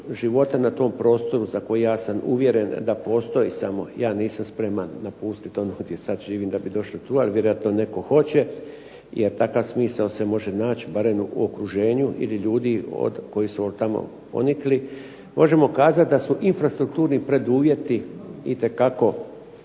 života na tom prostoru za koji ja sam uvjeren da postoji samo, ja nisam spreman napustit ono gdje sad živim da bi došao tu, ali vjerojatno neko hoće jer takav smisao se može naći barem u okruženju ili ljudi koji su od tamo ponikli, možemo kazat da su infrastrukturni preduvjeti itekako